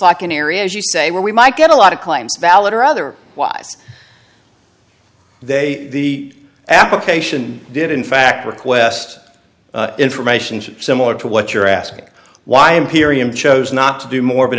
like an area as you say where we might get a lot of claims valid or other wise they the application did in fact request information similar to what you're asking why imperium chose not to do more of an